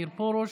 מאיר פרוש,